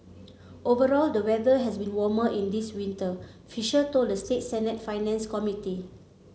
overall the weather has been warmer in this winter fisher told the state Senate's Finance Committee